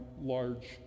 large